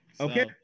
Okay